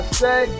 say